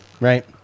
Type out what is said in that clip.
right